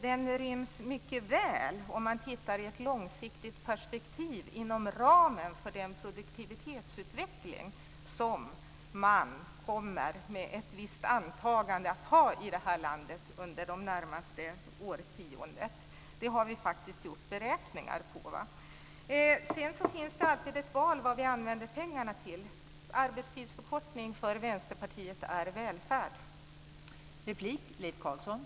Den ryms mycket väl, om man tittar i ett långsiktigt perspektiv, inom ramen för den produktivitetsutveckling som man kommer med ett visst antagande att ha i det här landet under det närmaste årtiondet. Det har vi gjort beräkningar på. Det är alltid ett val när vi bestämmer vad vi använder pengarna till. Arbetstidsförkortning är välfärd för Vänsterpartiet.